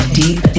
deep